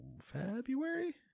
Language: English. February